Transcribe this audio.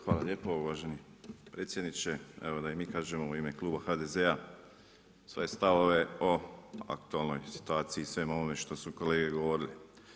Hvala lijepo, uvaženi predsjedniče, evo da i mi kažemo u ime Kluba HDZ-a svoje stavove o aktualnoj situaciji i o svemu ovome što su kolege govorili.